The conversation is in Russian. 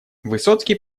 высоцкий